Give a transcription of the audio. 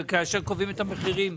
כאשר קובעים את המחירים,